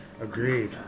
Agreed